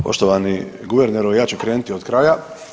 Poštovani guverneru, ja ću krenuti od kraja.